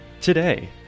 today